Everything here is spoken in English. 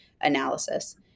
analysis